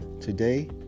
Today